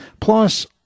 plus